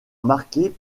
marquées